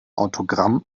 autogramm